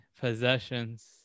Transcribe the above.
possessions